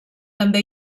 també